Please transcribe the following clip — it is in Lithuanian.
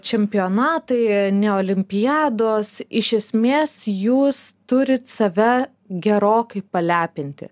čempionatai ne olimpiados iš esmės jūs turit save gerokai palepinti